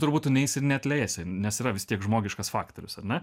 turbūt tu neisi ir neatleisi nes yra vis tiek žmogiškas faktorius ar ne